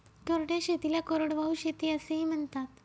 कोरड्या शेतीला कोरडवाहू शेती असेही म्हणतात